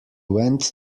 went